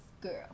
girl